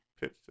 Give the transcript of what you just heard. pitch